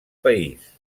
país